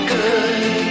good